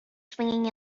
swinging